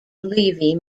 levy